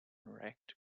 wrecked